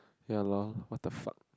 ya lor !what the fuck!